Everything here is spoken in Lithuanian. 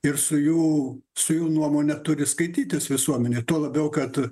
ir su jų su jų nuomone turi skaitytis visuomenė tuo labiau kad